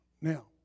Now